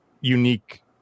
unique